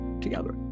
together